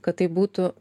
kad tai būtų